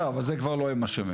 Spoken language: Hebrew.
בסדר, אבל זה כבר לא הם אשמים.